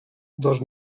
dels